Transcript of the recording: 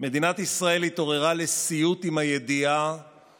מדינת ישראל התעוררה לסיוט עם הידיעה